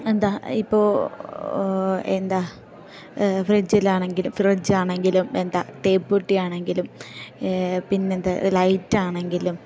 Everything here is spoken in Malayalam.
എന്താ ഇപ്പോൾ എന്താ ഫ്രിഡ്ജിലാണെങ്കിലും ഫ്രിഡ്ജാണെങ്കിലും എന്താ തേപ്പു പെട്ടി ആണെങ്കിലും പിന്നെന്താ ലൈറ്റാണെങ്കിലും